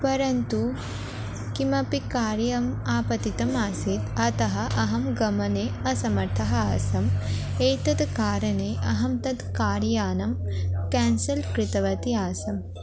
परन्तु किमपि कार्यम् आपतितम् आसीत् अतः अहं गमने असमर्थः आसम् एतत् कारणे अहं तद् कार्यानं क्यान्सल् कृतवती आसम्